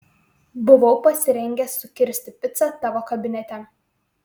buvau pasirengęs sukirsti picą tavo kabinete